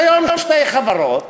אז היום שתי חברות